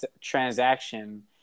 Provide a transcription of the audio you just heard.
transaction